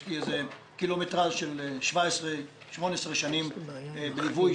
יש לי קילומטרז' של 17 18 שנים בליווי